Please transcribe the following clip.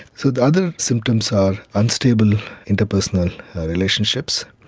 so the other symptoms are unstable interpersonal relationships.